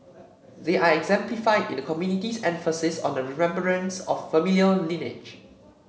they are exemplified in the community's emphasis on the remembrance of familial lineage